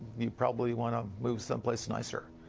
you probably want to move someplace nicer.